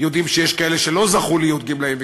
יודעים שיש כאלה שלא זכו להיות גמלאים וגמלאיות,